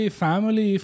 family